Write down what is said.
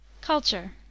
Culture